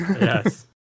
Yes